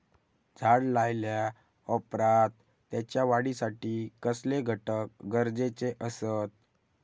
झाड लायल्या ओप्रात त्याच्या वाढीसाठी कसले घटक गरजेचे असत?